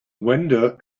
wander